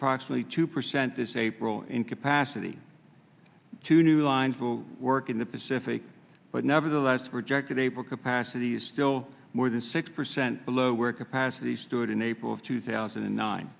approximately two percent this april in capacity to new lines will work in the pacific but nevertheless projected april capacity still more than six percent below where capacity stood in april of two thousand and nine